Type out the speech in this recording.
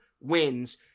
wins